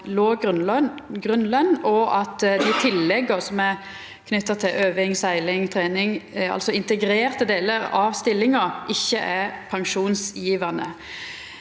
og at dei tillegga som er knytte til øving, segling og trening, altså integrerte delar av stillinga, ikkje er pensjonsgjevande.